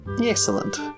Excellent